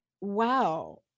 wow